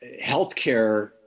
healthcare